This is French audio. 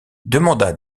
demanda